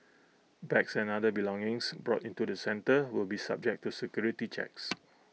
bags and other belongings brought into the centre will be subject to security checks